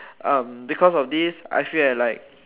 um because of this I feel that like